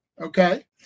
Okay